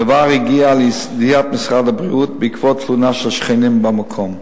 הדבר הגיע לידיעת משרד הבריאות בעקבות תלונה של שכנים במקום.